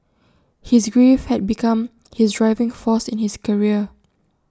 his grief had become his driving force in his career